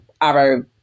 arrow